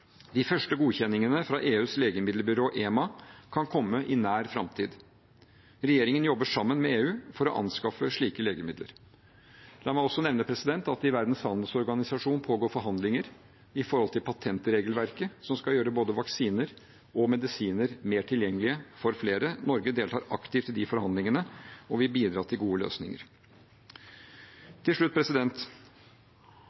De første godkjenningene fra EUs legemiddelbyrå, EMA, kan komme i nær framtid. Regjeringen jobber sammen med EU for å anskaffe slike legemidler. La meg også nevne at i Verdens handelsorganisasjon pågår det forhandlinger i forhold til patentregelverket som skal gjøre både vaksiner og medisiner mer tilgjengelig for flere. Norge deltar aktivt i de forhandlingene, og vi bidrar til gode løsninger.